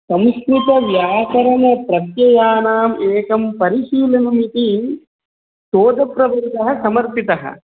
संस्कृत व्याकरणप्रत्ययानाम् एकं परिशीलनमिति शोधप्रबन्धः समर्पितः